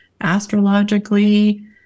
astrologically